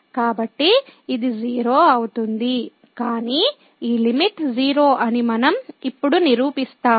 కాబట్టి ఇది 0 అవుతుంది కాని ఈ లిమిట్ 0 అని మనం ఇప్పుడు నిరూపిస్తాము